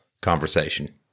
conversation